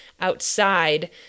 outside